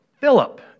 Philip